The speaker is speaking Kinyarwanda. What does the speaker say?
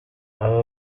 abo